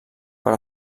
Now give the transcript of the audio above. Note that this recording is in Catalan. per